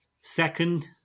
Second